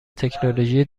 تکنولوژی